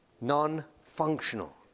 non-functional